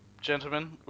Gentlemen